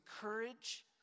courage